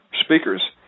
speakers